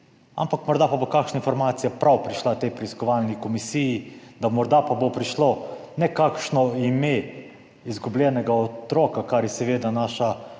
ampak morda pa bo kakšna informacija prav prišla tej preiskovalni komisiji, da bo morda prišlo ne le kakšno ime izgubljenega otroka, kar je seveda naša